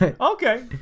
Okay